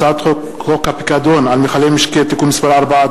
הצעת חוק הפיקדון על מכלי משקה (תיקון מס' 4)